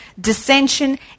dissension